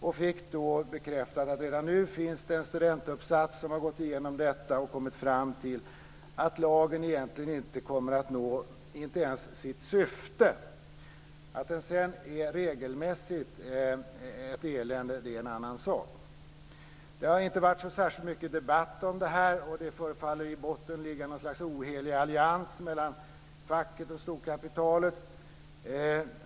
Då fick jag bekräftat att det redan nu finns en studentuppsats som har gått igenom detta och kommit fram till att lagen egentligen inte ens kommer att nå sitt syfte. Att den sedan regelmässigt är ett elände är en annan sak. Det har inte varit särskilt mycket debatt om detta. Det förefaller ligga någon slags ohelig allians mellan facket och storkapitalet i botten.